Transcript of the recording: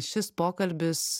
šis pokalbis